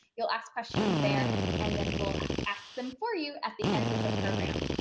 you'll ask questions there and then we'll ask them for you at the end of the program.